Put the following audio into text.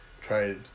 try